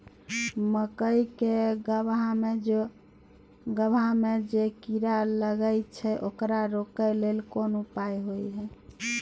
मकई के गबहा में जे कीरा लागय छै ओकरा रोके लेल कोन उपाय होय है?